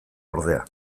ordea